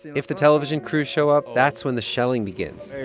if the television crews show up, that's when the shelling begins.